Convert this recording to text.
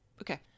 Okay